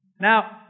Now